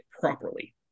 properly